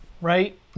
right